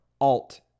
alt